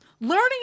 learning